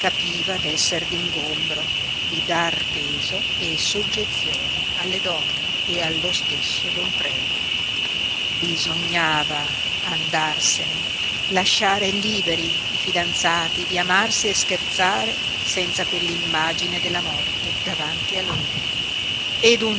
capiva d'esser d'ingombro di dar peso e soggezione alle donne e allo stesso don predu bisognava andarsene lasciare liberi i fidanzati di amarsi e scherzare senza quell'immagine della morte davanti a loro e d'un